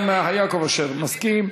גם יעקב אשר מסכים,